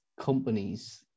companies